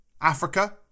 Africa